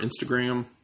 Instagram